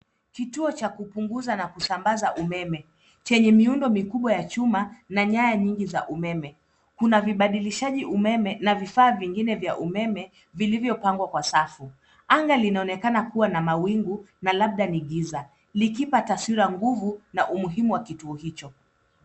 Kituo cha kupunguza na kusambaza umeme chenye miundo mikubwa ya chuma na nyaya nyingi za umeme. Kuna vibadilishaji umeme na vifaa vingine vya umeme vilivyopangwa kwa safu. Anga linaonekana kuwa na mawingu na labda ni giza likipa taswira nguvu na umuhimu wa kituo hicho.